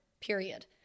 period